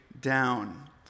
down